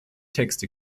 texte